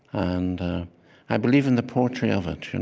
and i believe in the poetry of it. yeah and